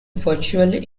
virtually